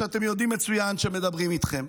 אתם יודעים מצוין שמדברים איתכם.